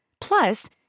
Plus